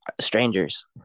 strangers